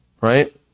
right